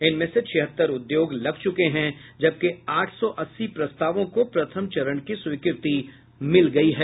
इनमें से छिहत्तर उद्योग लग चुके हैं जबकि आठ सौ अस्सी प्रस्तावों को प्रथम चरण की स्वीकृति मिल गयी है